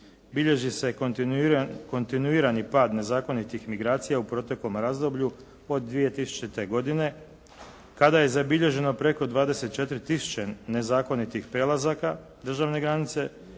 Bilježi se kontinuirani pad nezakonitih migracija u proteklom razdoblju od 2000. godine kada je zabilježeno preko 24 tisuće nezakonitih prelazaka državne granice